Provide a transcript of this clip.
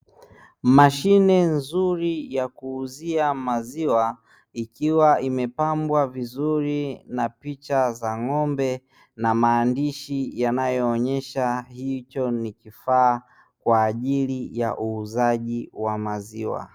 Mashine nzuri ya kuuzia maziwa ikiwa imepambwa vizuri na picha za ng'ombe na maandishi yanayoonesha hicho ni kifaa kwa ajili ya uuzaji wa maziwa.